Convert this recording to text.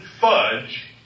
fudge